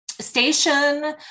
station